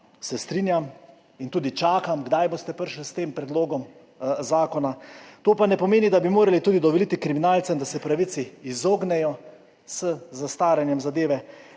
Se strinjam in tudi čakam, kdaj boste prišli s tem predlogom zakona. To pa ne pomeni, da bi morali tudi dovoliti kriminalcem, da se pravici izognejo z zastaranjem zadeve.